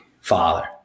father